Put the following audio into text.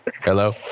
Hello